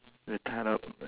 they tied up